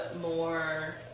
more